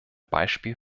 beispiel